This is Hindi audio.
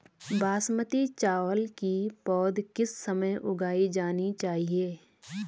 बासमती चावल की पौध किस समय उगाई जानी चाहिये?